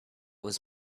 was